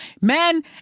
man